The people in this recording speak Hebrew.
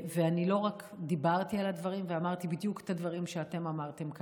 ואני לא רק דיברתי על הדברים ואמרתי בדיוק את הדברים שאתם אמרתם כאן,